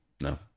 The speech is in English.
No